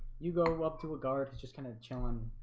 you go up to a guard. it's just kind of chillin.